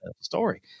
story